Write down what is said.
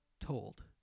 told